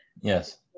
Yes